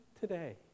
today